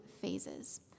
phases